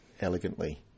elegantly